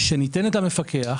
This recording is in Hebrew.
שניתנת למפקח